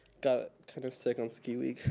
got kinda sick on ski week.